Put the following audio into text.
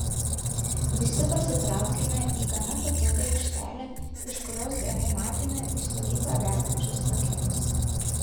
visi pasitraukėme į gana patogią aikštelę iš kurios gerai matėme į stovyklą vedančius takelius